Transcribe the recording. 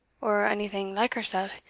or anything like hersell,